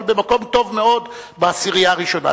אבל במקום טוב מאוד בעשירייה הראשונה,